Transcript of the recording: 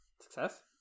Success